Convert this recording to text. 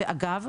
ואגב,